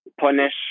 punish